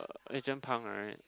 Adrian-Pang right